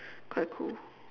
quite cool